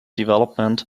development